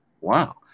wow